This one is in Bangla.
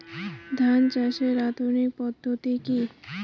ধান চাষের আধুনিক পদ্ধতি কি?